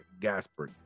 Gasper